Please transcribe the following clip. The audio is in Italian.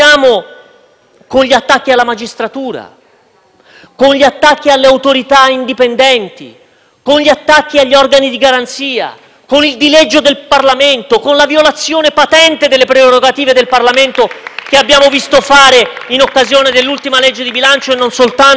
con gli attacchi agli organi di garanzia, con il dileggio del Parlamento, con la patente violazione delle prerogative del Parlamento che abbiamo visto fare in occasione dell'ultima legge di bilancio e non soltanto. *(Applausi dal Gruppo PD)*. Tutto si tiene e l'insieme non è un granché.